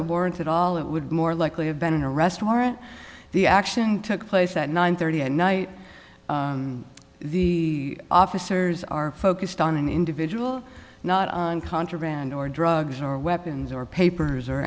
a warrant at all it would more likely have been an arrest warrant the action took place at nine thirty at night the officers are focused on an individual not on contraband or drugs or weapons or papers or